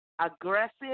aggressive